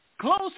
close